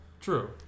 True